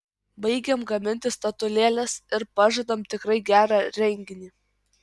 baigiam gaminti statulėles ir pažadam tikrai gerą renginį